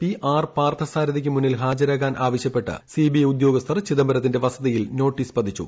P R പാർത്ഥസാരഥിക്ക് മുന്നിൽ ഹാജരാകാൻ ആവശ്യപ്പെട്ട് സിബിഐ ഉദ്യോഗസ്ഥർ ചിദംബരത്തിന്റെ വസതിയിൽ നോട്ടീസ് പതിച്ചു